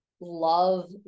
love